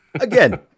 Again